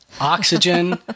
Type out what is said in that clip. oxygen